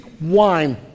wine